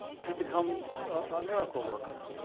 he becomes a miracle worker.